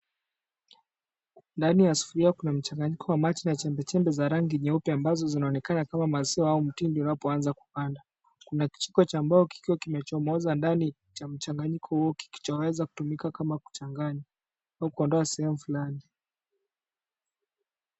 Ndani ya sufuria kuna maji na chembechembe ya rangi nyeupe au kijani yanayoonekana kuwa maziwa yanapoanza kuganda. Kuna kijiko cha mboga kikiwa kimechoza ndani ya mchanganyiko huo kinachoweza kutumika kuchanganya au kuondoa sehemu fulani.